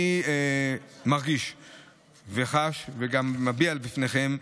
אני מרגיש וחש, וגם מביע זאת בפניכם,